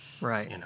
Right